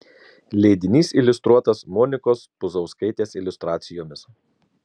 leidinys iliustruotas monikos puzauskaitės iliustracijomis